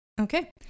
Okay